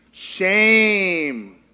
Shame